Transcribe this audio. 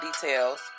details